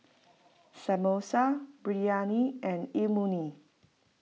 Samosa Biryani and Imoni